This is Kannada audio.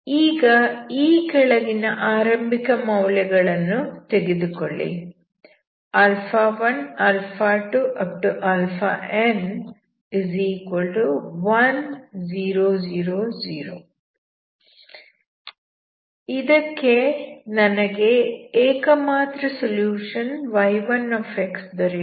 ಈಗ ಈ ಕೆಳಗಿನ ಆರಂಭಿಕ ಮೌಲ್ಯಗಳನ್ನು ತೆಗೆದುಕೊಳ್ಳಿ ಇದಕ್ಕೆ ನನಗೆ ಏಕಮಾತ್ರ ಸೊಲ್ಯೂಷನ್ y1 ಸಿಗುತ್ತದೆ